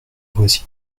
voici